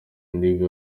nigga